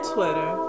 Twitter